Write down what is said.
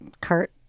Kurt